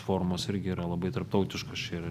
formos irgi yra labai tarptautiškos čia ir